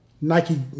Nike